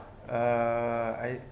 uh I